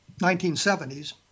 1970s